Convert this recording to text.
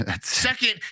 Second